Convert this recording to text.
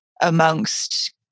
amongst